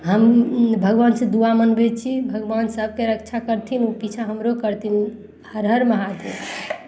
हम भगवानसँ दुआ मनबै छी भगवान सभके रक्षा करथिन किछु हमरो करथिन हर हर महादेव